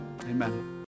Amen